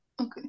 Okay